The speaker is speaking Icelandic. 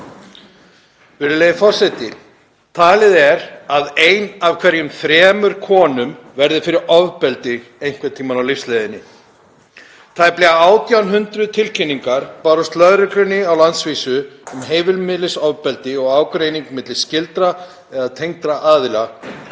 Virðulegi forseti. Talið er að ein af hverjum þremur konum verði fyrir ofbeldi einhvern tíma á lífsleiðinni. Tæplega 1.800 tilkynningar bárust lögreglunni á landsvísu um heimilisofbeldi og ágreining milli skyldra eða tengdra aðila